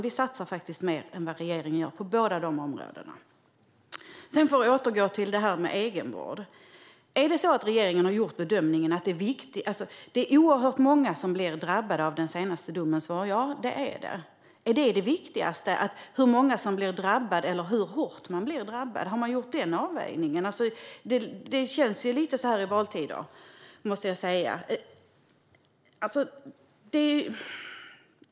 Vi satsar faktiskt mer än vad regeringen gör på båda dessa områden. Jag återgår till detta med egenvård. Ja, det är oerhört många som drabbas av den senaste domen. Är det viktigaste hur många som blir drabbade eller hur hårt drabbade de blir? Har man gjort den avvägningen? Det känns ju lite så, måste jag säga, så här i valtider.